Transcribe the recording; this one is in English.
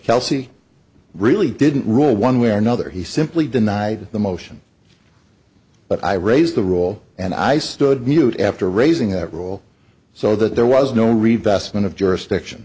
kelsey really didn't rule one way or another he simply denied the motion but i raised the rule and i stood mute after raising that rule so that there was no read beslan of jurisdiction